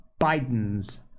Biden's